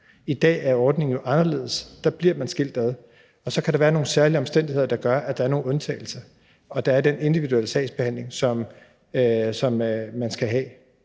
I dag er ordningen jo anderledes; der bliver man skilt ad – så kan der være nogle særlige omstændigheder, der gør, at der er nogle undtagelser – og der er den individuelle sagsbehandling, som man skal have.